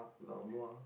lao nua